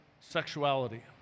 Sexuality